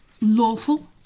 lawful